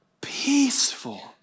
peaceful